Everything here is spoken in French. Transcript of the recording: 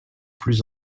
plus